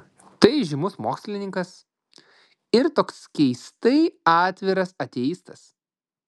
tai įžymus mokslininkas ir toks keistai atviras ateistas